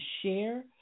share